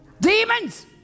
demons